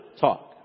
talk